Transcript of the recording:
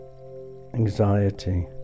anxiety